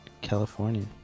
california